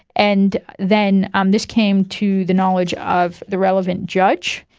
and then um this came to the knowledge of the relevant judge,